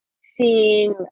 seeing